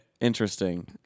Interesting